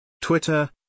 Twitter